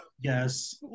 Yes